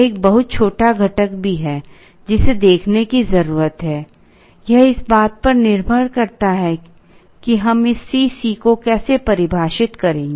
एक बहुत छोटा घटक भी है जिसे देखने की जरूरत है यह इस बात पर निर्भर करता है कि हम इस C c को कैसे परिभाषित करेंगे